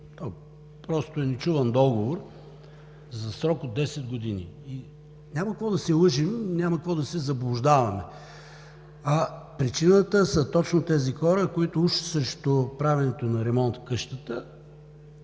просто е нечуван – договор за срок от десет години. Няма какво да се лъжем, няма какво да се заблуждаваме – причината са точно тези хора, които, уж срещу правенето на ремонт в къщата,